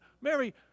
Mary